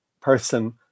person